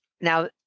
Now